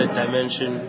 dimension